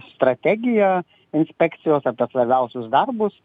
strategiją inspekcijos apie svarbiausius darbus